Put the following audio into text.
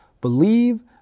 Believe